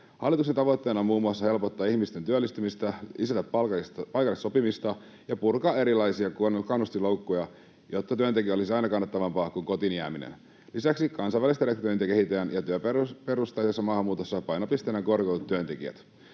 Hallituksen tavoitteena on muun muassa helpottaa ihmisten työllistymistä, lisätä paikallista sopimista ja purkaa erilaisia kannustinloukkuja, jotta työn tekeminen olisi aina kannattavampaa kuin kotiin jääminen. Lisäksi kansainvälistä rekrytointia kehitetään, ja työperusteisessa maahanmuutossa painopisteenä on korkeakoulutetut työntekijät.